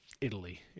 Italy